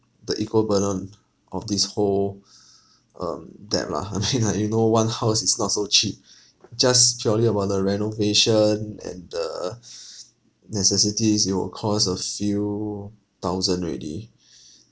the equal burden of this whole um debt lah I mean like you know one house is not so cheap just purely about the renovation and the necessities it will cost a few thousand already